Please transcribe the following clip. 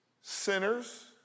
sinners